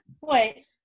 Wait